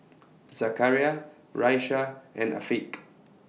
Zakaria Raisya and Afiq